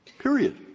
period.